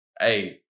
hey